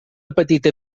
petita